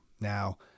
Now